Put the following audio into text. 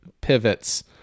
pivots